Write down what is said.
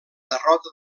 derrota